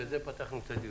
בזה פתחנו את הדיון.